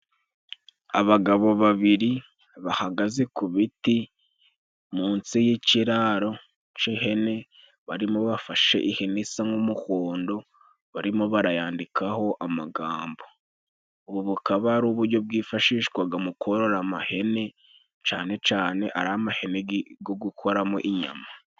Abagabo babiri bahagaze ku biti munsi y'ikiraro c'ihene, barimo bafashe ihene isa nk'umuhondo barimo barayandikaho amagambo, ubu bukaba ari ubujyo bwifashishwaga mu korora amahene cane cane ariya mahene gi go gukoramo inyama.